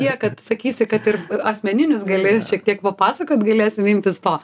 tiek kad sakysi kad ir asmeninius gali šiek tiek papasakot galėsim imtis to